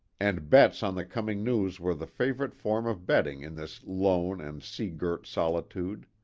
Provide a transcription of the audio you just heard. and bets on the coming news were the favorite form of betting in this lone and sea-girt solitude.